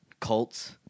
cults